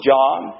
John